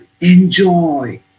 enjoy